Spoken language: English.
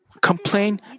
complain